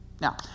Now